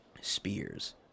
spears